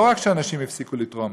לא רק שאנשים הפסיקו לתרום,